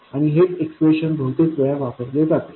आणि हेच एक्सप्रेशन बहुतेक वेळा वापरली जाते